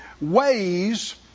ways